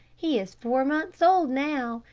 he is four months old now,